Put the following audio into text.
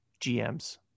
GMs